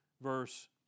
verse